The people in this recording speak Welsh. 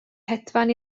hedfan